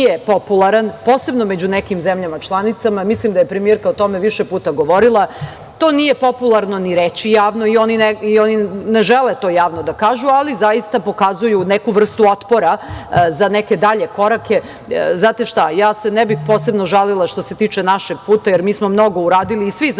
nije popularan, posebno među nekim zemljama članicama. Mislim da je premijerka o tome više puta govorila. To nije popularno ni reći javno i oni ne žele to javno da kažu, ali zaista pokazuju neku vrstu otpora za neke dalje korake. Znate šta, ja se ne bih posebno žalila što se tiče našeg puta jer mi smo mnogo uradili i svi znaju